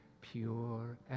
pure